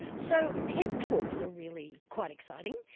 so ted talks are really quite exciting.